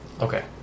Okay